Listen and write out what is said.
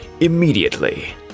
immediately